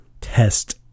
test